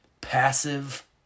passive